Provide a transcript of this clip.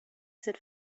said